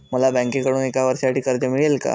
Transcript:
मला बँकेकडून एका वर्षासाठी कर्ज मिळेल का?